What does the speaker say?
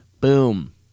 boom